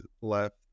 left